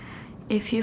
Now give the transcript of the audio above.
if you